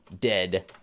Dead